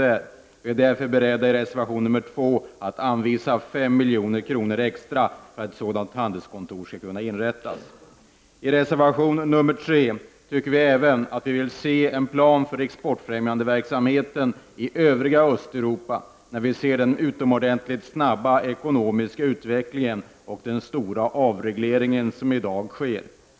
Vi föreslår i reservation 2 ett belopp på 5 miljoner extra för att ett handelskontor skall kunna inrättas. I reservation 3 föreslås en plan för exportfrämjande verksamhet i övriga Östeuropa när vi nu ser den utomordentligt snabba ekonomiska utvecklingen och stora avregleringen där.